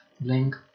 link